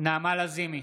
נעמה לזימי,